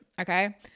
Okay